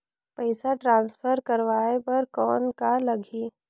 पइसा ट्रांसफर करवाय बर कौन का लगही?